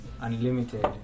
unlimited